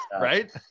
Right